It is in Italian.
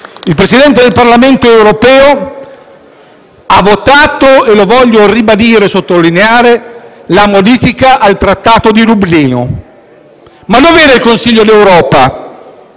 Il Presidente del Parlamento europeo ha votato - lo voglio ribadire e sottolineare - la modifica al Trattato di Dublino. Ma dov'era il Consiglio d'Europa?